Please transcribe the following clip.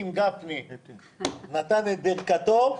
אם גפני נתן את ברכתו,